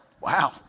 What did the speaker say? Wow